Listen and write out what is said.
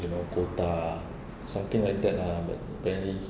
you know quota something like that lah but apparently